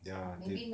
ya did